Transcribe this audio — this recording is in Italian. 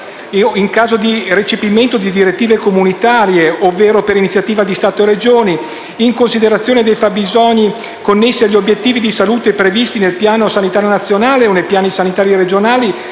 in sede di recepimento di direttive comunitarie, ovvero per iniziativa dello Stato o delle Regioni, in considerazione dei fabbisogni connessi agli obiettivi di salute previsti nel Piano sanitario nazionale o nei Piani sanitari regionali,